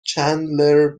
چندلر